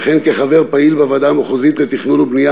וכן כחבר פעיל בוועדה המחוזית לתכנון ובנייה